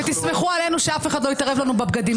ותסמכו עלינו שאף אחד לא יתערב לנו בבגדים.